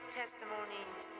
testimonies